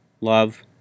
Love